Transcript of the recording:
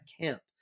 camp